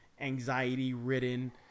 anxiety-ridden